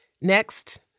Next